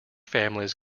families